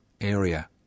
area